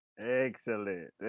Excellent